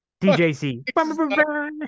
djc